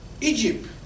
Egypt